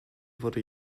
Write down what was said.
wurde